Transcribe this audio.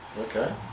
Okay